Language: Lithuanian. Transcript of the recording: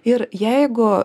ir jeigu